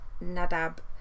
nadab